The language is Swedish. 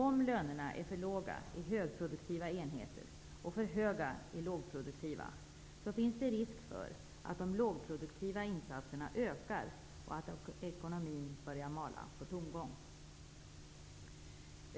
Om lönerna är för låga i högproduktiva enheter och för höga i lågproduktiva, finns det risk för att de lågproduktiva insatserna ökar och att ekonomin börjar mala på tomgång.